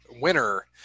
winner